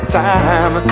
time